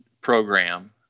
program